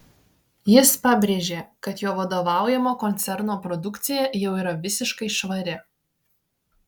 jis pabrėžė kad jo vadovaujamo koncerno produkcija jau yra visiškai švari